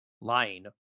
lying